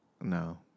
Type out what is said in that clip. no